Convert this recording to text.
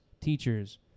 teachers